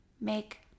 Make